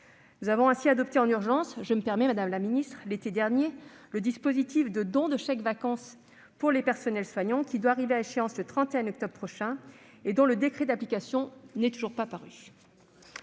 nous avons adopté en urgence, l'été dernier, le dispositif de don de chèques-vacances pour le personnel soignant, qui doit arriver à échéance le 31 octobre prochain, mais dont le décret d'application n'est toujours pas paru